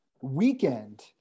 weekend